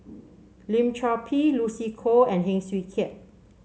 Lim Chor Pee Lucy Koh and Heng Swee Keat